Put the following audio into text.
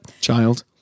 Child